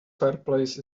fireplace